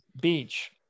beach